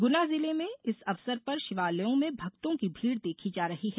गुना जिले में इस अवसर पर शिवालयों में भक्तों की भीड़ देखी जा रही है